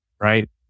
right